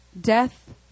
death